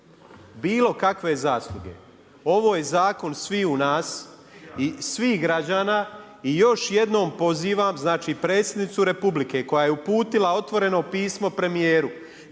Bilokakve zasluge. Ovo je zakon sviju nas i svih građana i još jednom pozivam, znači i Predsjednicu Republike koja je uputila otvoreno pismo premijeru